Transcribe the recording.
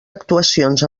actuacions